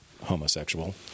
homosexual